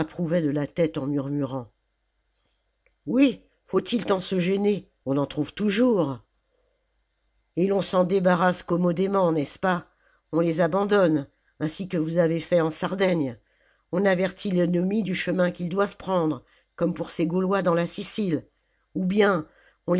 de la tête en murmurant oui faut-il tant se gêner on en trouve toujours et l'on s'en débarrasse commodément n'est-ce pas on les abandonne ainsi que vous avez fait en sardaigne on avertit l'ennemi du chemin qu'ils doivent prendre comme pour ces gaulois dans la sicile ou bien